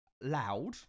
loud